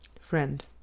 Friend